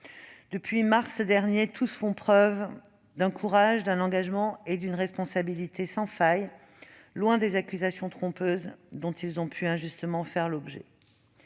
Depuis mars dernier, tous font preuve d'un courage, d'un engagement et d'une responsabilité sans faille, loin des accusations trompeuses dont ils ont pu injustement faire l'objet.